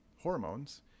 hormones